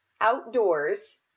outdoors